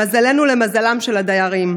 למזלנו, למזלם של הדיירים.